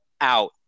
out